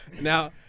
Now